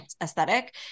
aesthetic